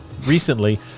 recently